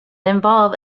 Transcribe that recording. involve